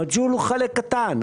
המג'הול הוא חלק קטן.